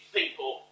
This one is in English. people